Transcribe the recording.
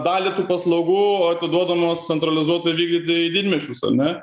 dalį tų paslaugų atiduodamos centralizuotai vykdyti į didmiesčius ane